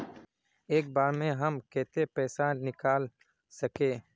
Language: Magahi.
एक बार में हम केते पैसा निकल सके?